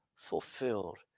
fulfilled